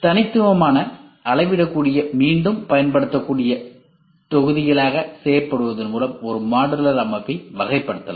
தனித்துவமான அளவிடக்கூடிய மீண்டும் பயன்படுத்தக்கூடிய தொகுதிகளாக செயல்படுவதன் மூலம் ஒரு மாடுலர் அமைப்பை வகைப்படுத்தலாம்